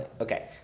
Okay